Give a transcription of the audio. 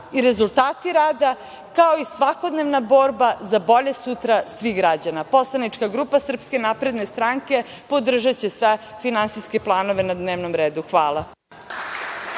i rezultati rada, kao i svakodnevna borba za bolje sutra svih građana. Poslanička grupa SNS podržaće sve finansijske planove na dnevnom redu. Hvala.